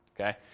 Okay